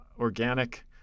organic